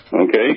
okay